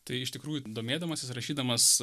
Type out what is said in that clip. tai iš tikrųjų domėdamasis rašydamas